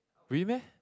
really meh